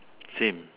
same